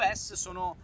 sono